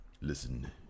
Listen